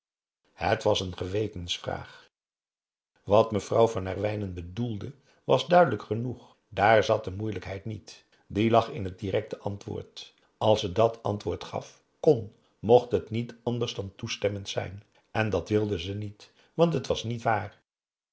het was een gewetensvraag wat mevrouw van herwijnen bedoelde was duidelijk genoeg daar zat de moeilijkheid niet die lag in het directe antwoord als ze dat antwoord gaf kon mocht het niet anders dan toestemmend zijn en dat wilde ze niet want het was niet waar